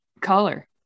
color